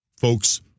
folks